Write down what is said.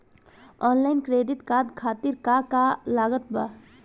Online credit card खातिर का का लागत बा?